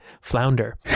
flounder